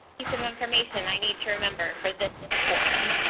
piece of information i need to remember for this this form.